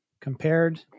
compared